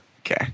Okay